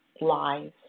lies